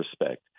respect